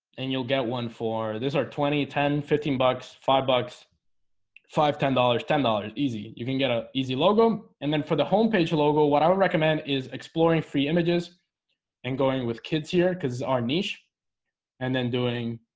and you'll get one for this are twenty ten fifteen bucks five bucks five ten dollars ten dollars easy. you can get a easy logo and then for the homepage logo, what i would recommend is exploring free images and going with kids here because our niche and then doing